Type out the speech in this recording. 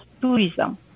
tourism